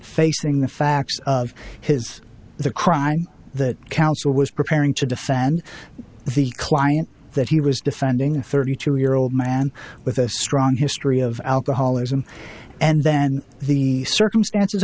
facing the facts of his the crime that counsel was preparing to defend the client that he was defending a thirty two year old man with a strong history of alcoholism and then the circumstances